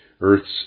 earth's